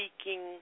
speaking